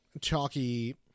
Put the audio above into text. chalky